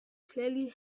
clearly